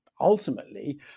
ultimately